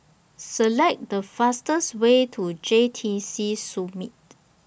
Select The fastest Way to J T C Summit